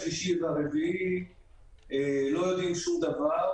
השלישי והרביעי לא יודעים שום דבר,